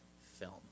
film